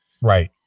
Right